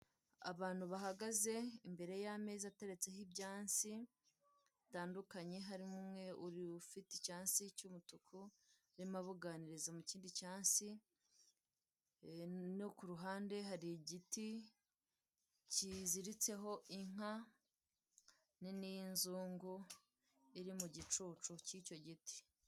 Abantu bahagaze imbere y'ameza ateretseho ibyansi bitandukanye harimo umwe ufite icyansi cy'umutuku arimo abuganiriza mu kindi cyansi no ku ruhande hari igiti kiziritseho inka nini y'inzungu iri mu gicucu cyicyo giti.